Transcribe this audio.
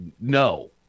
No